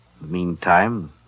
meantime